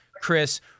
Chris